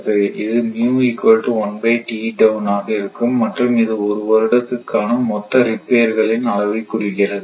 இது ஆக இருக்கும் மற்றும் இது ஒரு வருடத்துக்கான மொத்த ரிப்பேர்களின் அளவை குறிக்கிறது